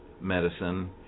medicine